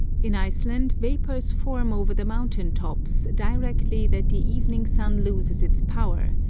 in iceland vapours form over the mountain tops directly that the evening sun loses its power,